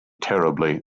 terribly